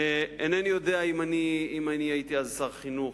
אינני יודע, אם הייתי אז שר החינוך,